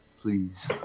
please